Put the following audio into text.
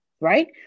right